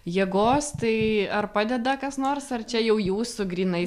jėgos tai ar padeda kas nors ar čia jau jūsų grynai